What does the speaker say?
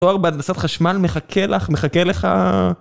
כלומר בהנדסת חשמל מחכה לך, מחכה לך,